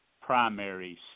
primary